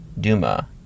Duma